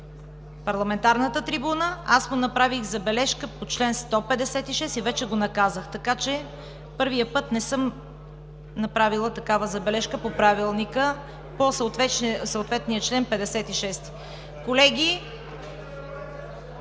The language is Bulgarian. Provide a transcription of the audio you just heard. парламентарната трибуна, аз му направих забележка по чл. 156 и вече го наказах. Първия път не съм направила такава забележка по Правилника, по съответния чл. 156. (Шум и